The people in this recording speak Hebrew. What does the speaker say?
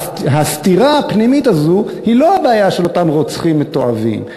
הסתירה הפנימית הזאת היא לא הבעיה של אותם רוצחים מתועבים,